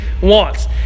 wants